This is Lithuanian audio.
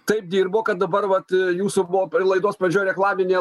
taip dirbo kad dabar vat jūsų buvo laidos pradžioj reklaminė